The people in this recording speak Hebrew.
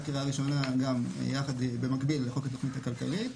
בקריאה ראשונה במקביל לחוק התוכנית הכלכלית.